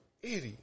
idiot